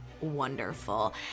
wonderful